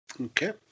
Okay